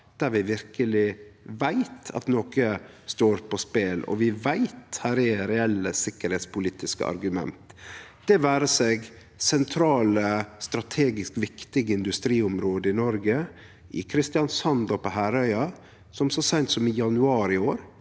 der vi verkeleg veit at noko står på spel, og vi veit at det er reelle sikkerheitspolitiske argument. Det vere seg sentrale, strategisk viktige industriområde i Noreg, i Kristiansand på Harøya, som så seint som i januar i år